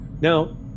Now